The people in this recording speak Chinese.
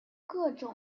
各种